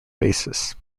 basis